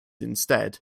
instead